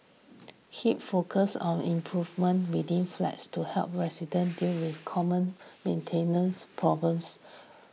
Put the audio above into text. hip focus on improvement within flats to help resident deal with common maintenance problems